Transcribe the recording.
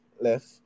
left